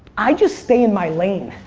i just stay in my lane.